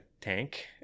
tank